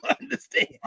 understand